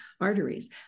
arteries